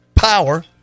Power